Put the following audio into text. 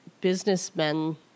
businessmen